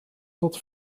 tot